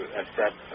accept